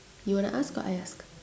you want to ask or I ask